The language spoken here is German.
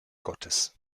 gottes